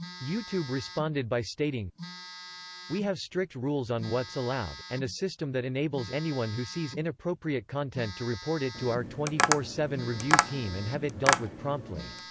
youtube responded by stating we have strict rules on what's allowed, and a system that enables anyone who sees inappropriate content to report it to our twenty four seven review team and have it dealt with promptly.